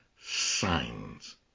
signs